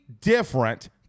different